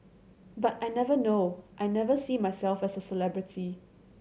but I never know I never see myself as a celebrity